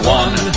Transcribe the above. one